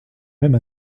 même